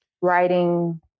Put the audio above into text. writing